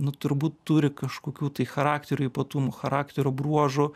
nu turbūt turi kažkokių tai charakterio ypatumų charakterio bruožų